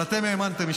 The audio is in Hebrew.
אבל אתן האמנתן,